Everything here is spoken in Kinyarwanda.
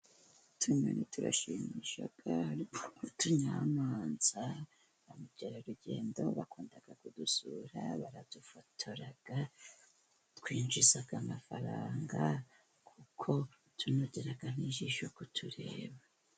Utunyoni turashimisha, abatunyamanza, bamukerarugendo bakunda kudusura, baradufotora, twinjiza amafaranga kuko tunogera n'ijisho ku tureba.